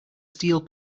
steel